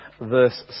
verse